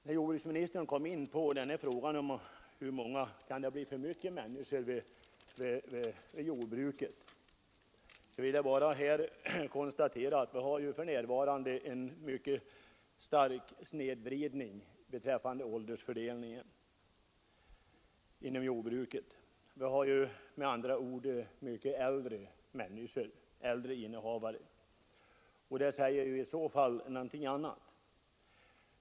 När jordbruksministern kom in på frågan om huruvida det kan bli för många människor i jordbruket vill jag konstatera att vi för närvarande har en mycket stark snedvridning i fråga om åldersfördelningen inom jordbruket. Många av innehavarna av jordbruk är med andra ord äldre människor.